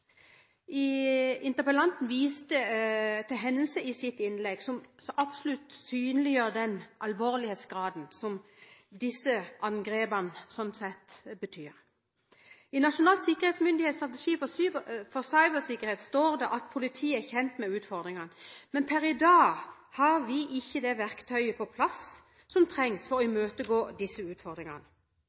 Nasjonal sikkerhetsmyndighets strategi for cybersikkerhet står det at politiet er kjent med utfordringen, men per i dag har vi ikke det verktøyet på plass som trengs for å imøtegå disse utfordringene.